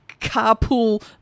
carpool